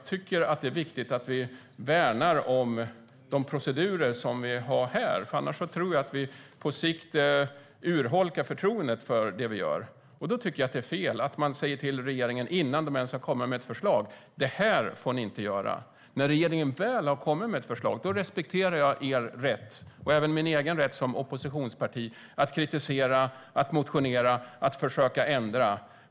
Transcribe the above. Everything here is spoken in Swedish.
Jag tycker att det är viktigt att vi värnar om de procedurer som vi har här. Annars tror jag att vi på sikt urholkar förtroendet för det vi gör. Jag tycker att det är fel att man säger till regeringen, innan den ens har kommit med något förslag, vad den inte får göra. När regeringen väl har kommit med ett förslag, då respekterar jag er och även min egen rätt som oppositionspolitiker att kritisera, att motionera och att försöka ändra på det.